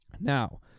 Now